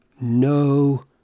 no